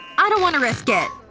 i don't wanna risk it.